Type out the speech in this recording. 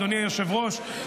אדוני היושב-ראש,